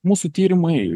mūsų tyrimai